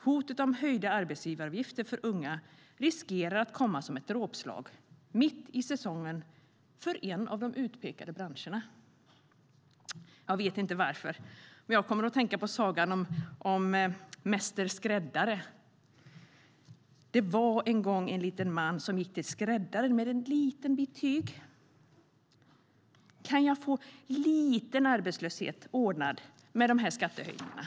Hotet om höjda arbetsgivaravgifter för unga riskerar att komma som ett dråpslag mitt i säsongen för en av de utpekade branscherna. Jag vet inte varför, men jag kommer att tänka på sagan om Mäster skräddare: Det var en gång en liten man som gick till skräddaren med en liten bit tyg. Kan jag få en liten arbetslöshet ordnad med de här skattehöjningarna?